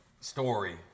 story